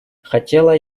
хотела